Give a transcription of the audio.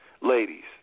Ladies